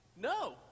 No